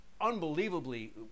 unbelievably